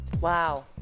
Wow